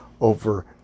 over